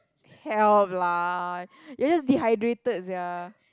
help lah you're just dehydrated sia